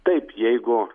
taip jeigu